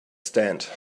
stand